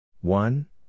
One